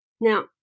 Now